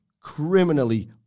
criminally